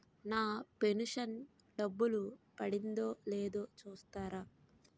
నా pension డబ్బులు పడిందో లేదో చూస్తారా?